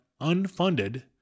unfunded